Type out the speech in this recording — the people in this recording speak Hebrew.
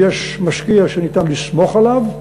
אם יש משקיע שניתן לסמוך עליו,